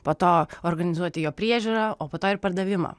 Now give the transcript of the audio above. po to organizuoti jo priežiūrą o po to ir pardavimą